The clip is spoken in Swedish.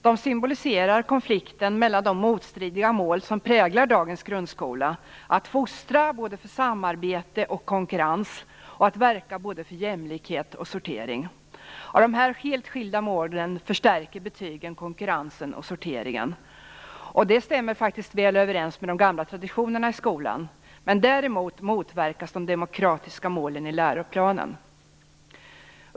Betygen symboliserar konflikten mellan de motstridiga mål som präglar dagens grundskola: att fostra för både samarbete och konkurrens samt att verka för både jämlikhet och sortering. Beträffande de här helt skilda målen förstärker betygen konkurrensen och sorteringen. Det stämmer faktiskt väl överens med de gamla traditionerna i skolan. Däremot motverkas de demokratiska målen i läroplanen.